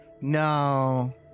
No